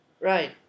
Right